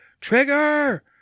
Trigger